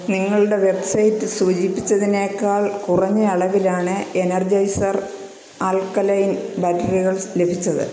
നിങ്ങളുടെ വെബ്സൈറ്റിൽ സൂചിപ്പിച്ചതിനേക്കാൾ കുറഞ്ഞ അളവിലാണ് എനർജൈസർ ആൽക്കലൈൻ ബാറ്ററികൾസ് ലഭിച്ചത്